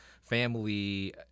family